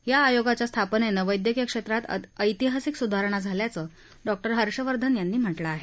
या आयोगाच्या स्थापनेनं वद्यक्कीय क्षेत्रात ऐतिहासिक सुधारणा झाल्याचं डॉक्टर हर्षवर्धन यांनी म्हटलं आहे